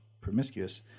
promiscuous